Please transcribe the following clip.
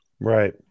Right